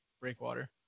breakwater